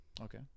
Okay